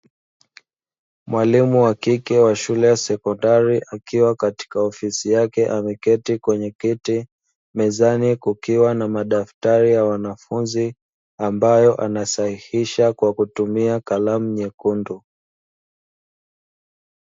Mwalimu wa kike wa shule ya sekondari akiwa katika ofisi yake ameketi kwenye kiti, mezani kukiwa na madaftari ya wanafunzi ambayo anasahihisha kwa kutumia kalamu nyekundu.